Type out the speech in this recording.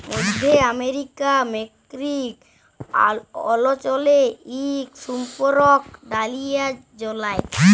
মইধ্য আমেরিকার মেক্সিক অল্চলে ইক সুপুস্পক ডালিয়া জল্মায়